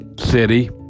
city